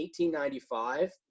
1895